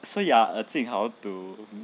so you err jing hao to